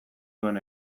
duen